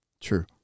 True